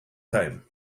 time